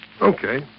Okay